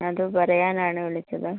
അത് പറയാനാണ് വിളിച്ചത്